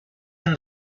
and